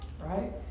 Right